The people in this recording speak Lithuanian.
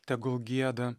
tegul gieda